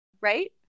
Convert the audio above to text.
right